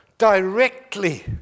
directly